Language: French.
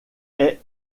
est